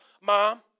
mom